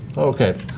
okay.